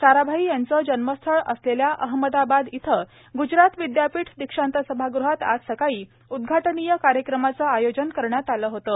साराभाई यांचा जन्मस्थळ असलेल्या अहमदाबाद इथं ग्जरात विद्यापीठ दीक्षांत सभागृहात आज सकाळी उदघाटनीय कार्यक्रमाचं आयोजन करण्यात आलं होतं